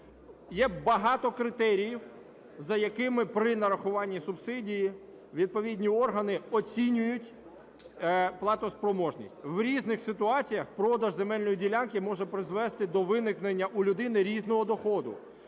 Є багато критеріїв, за якими при нарахуванні субсидії відповідні органи оцінюють платоспроможність. В різних ситуаціях продаж земельної ділянки може призвести до виникнення у людини різного доходу.